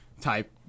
type